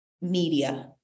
media